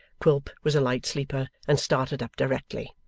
quilp was a light sleeper and started up directly.